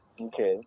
Okay